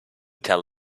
tell